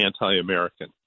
anti-American